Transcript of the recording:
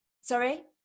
sorry